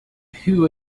who